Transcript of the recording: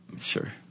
sure